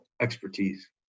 expertise